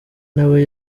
nawe